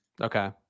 Okay